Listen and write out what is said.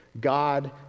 God